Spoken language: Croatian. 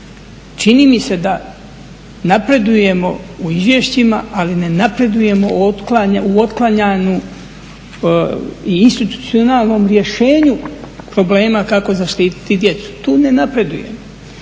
čini mi se da napredujemo u izvješćima ali ne napredujemo u otklanjanju i institucionalnom rješenju problema kako zaštititi djecu, tu ne napredujemo,